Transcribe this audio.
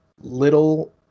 little